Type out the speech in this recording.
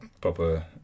proper